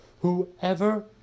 whoever